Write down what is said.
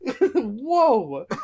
Whoa